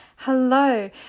Hello